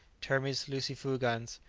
termes lucifugans,